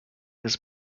his